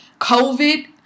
COVID